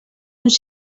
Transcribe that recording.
uns